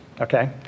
okay